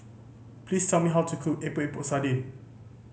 please tell me how to cook Epok Epok Sardin